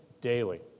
daily